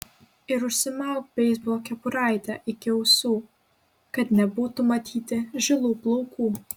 ir užsismauk beisbolo kepuraitę iki ausų kad nebūtų matyti žilų plaukų